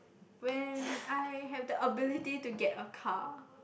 when I have the ability to get a car